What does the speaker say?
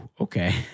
okay